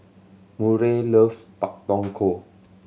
Murray loves Pak Thong Ko